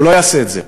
הוא לא יעשה את זה.